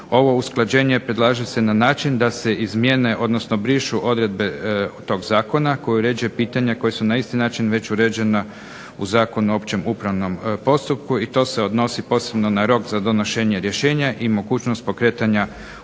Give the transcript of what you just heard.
Ovo usklađenje predlaže se na način da se izmijene odnosno izbrišu odredbe tog zakona koji uređuje pitanja koja su na isti način uređena u Zakonu o općem upravnom postupku i to se odnosi posebno na rok za donošenje rješenja i mogućnost pokretanja upravnog